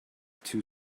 too